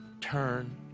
Turn